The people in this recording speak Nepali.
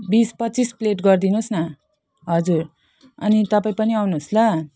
बिस पच्चिस प्लेट गरिदिनु होस् न हजुर अनि तपाईँ पनि आउनु होस् ल